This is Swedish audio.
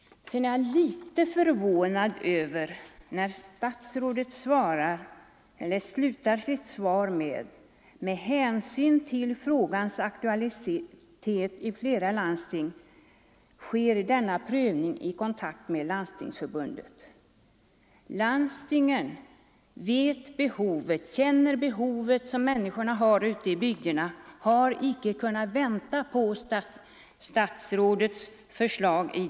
Sedan är jag litet förvånad över att statsrådet slutar sitt svar så här: ”Med hänsyn till frågans aktualitet i flera landsting sker denna prövning i kontakt med Landstingsförbundet.” Landstingen är medvetna om det behov som föreligger på detta område. Man har inte ansett sig kunna vänta på statsrådets förslag.